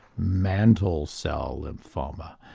mantle cell lymphoma.